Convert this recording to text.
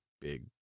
big